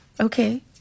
Okay